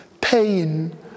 pain